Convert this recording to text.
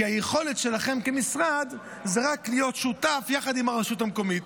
כי היכולת שלכם כמשרד היא רק להיות שותף יחד עם הרשות המקומית.